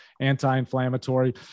anti-inflammatory